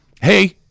Hey